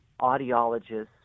audiologists